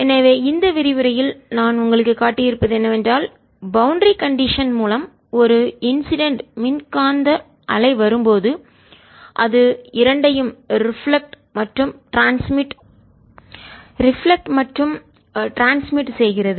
எனவே இந்த விரிவுரையில் நான் உங்களுக்குக் காட்டியிருப்பது என்னவென்றால் பவுண்டரி கண்டிஷன்எல்லை நிபந்தனை மூலம் ஒரு இன்சிடென்ட் மின்காந்த அலை வரும்போது அது இரண்டையும் ரிஃப்ளெக்ட்டட் பிரதிபலிக்கிறது மேலும் ட்ரான்ஸ்மிட்டட் பரவுகிறது